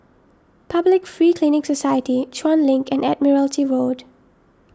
Public Free Clinic Society Chuan Link and Admiralty Road